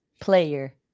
player